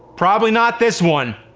probably not this one!